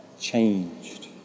changed